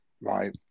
Right